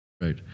right